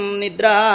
nidra